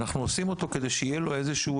אנחנו עושים אותו כדי שיהיה לו איזשהו